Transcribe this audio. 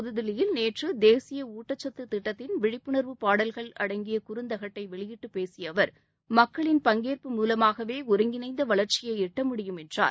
புதுதில்லியில் நேற்று தேசிய ஊட்டச்சத்து திட்டத்தின் விழிப்புணர்வு பாடல்கள் அடங்கிய குறந்தகட்டை வெளியிட்டு பேசிய அவர் மக்களின் பங்கேற்பு மூலமாகவே ஒருங்கிணைந்த வளர்ச்சியை எட்டுமுடியும் என்றார்